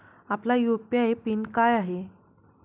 आपला UPI PIN काय आहे?